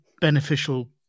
beneficial